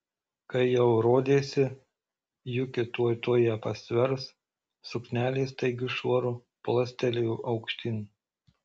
kai jau rodėsi juki tuoj tuoj ją pastvers suknelė staigiu šuoru plastelėjo aukštyn